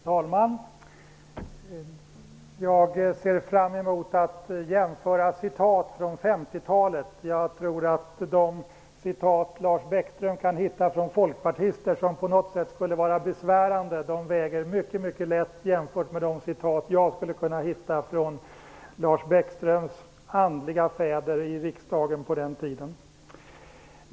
Herr talman! Jag ser fram emot att jämföra citat från 50-talet. Jag tror att de citat Lars Bäckström kan hitta från folkpartister som på något sätt skulle vara besvärande, väger mycket mycket lätt jämfört med de citat jag skulle kunna hitta från Lars Bäckströms andliga fäder i riksdagen på den tiden.